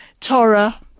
Torah